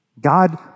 God